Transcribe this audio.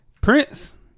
Prince